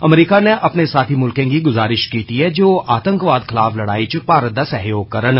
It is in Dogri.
अमरीका नै अपने साथी म्ल्खें गी ग्जारिश कीती ऐ जे ओह आतंकवाद खलाफ लड़ाई च भारत दा सैह्योग करन